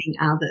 others